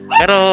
pero